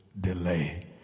delay